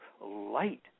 light